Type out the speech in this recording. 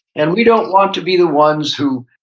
and we don't want to be the ones who,